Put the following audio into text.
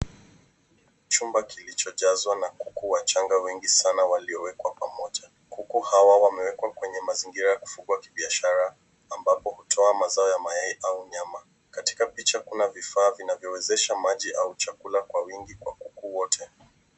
Chumba kilichojazwa na kuku wachanga wengi sana waliowekwa pamoja. Kuku hawa wamewekwa kwenye mazingira ya kufungwa kibiashara ambapo hutoa mazao ya mayai au nyama. Kutika picha kuna vifaa vinavyowezesha maji auchakula kwa wingi kwa kuku wote.